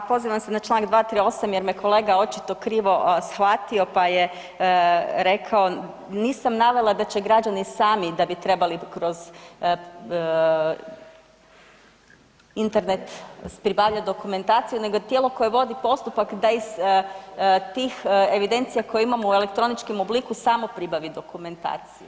Ma pozivam se na Članak 238. jer me kolega očito krivo shvatio pa je rekao, nisam navela da će građani sami da bi trebali kroz internet pribavljati dokumentaciju nego tijelo koje vodi postupak da iz tih evidencija koje imamo u elektroničkom obliku samo pribavi dokumentaciju.